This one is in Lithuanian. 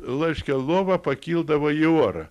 laiškia lova pakildavo į orą